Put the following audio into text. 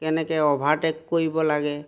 কেনেকৈ অ'ভাৰটেক কৰিব লাগে